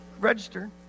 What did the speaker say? register